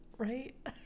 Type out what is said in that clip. Right